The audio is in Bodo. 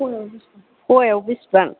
फवायाव बेसेबां फवायाव बेसेबां